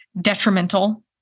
Detrimental